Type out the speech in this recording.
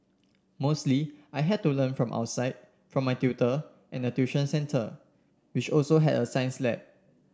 mostly I had to learn from outside from my tutor and the tuition centre which also had a science lab